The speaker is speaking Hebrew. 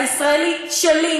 הישראלי שלי,